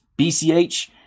BCH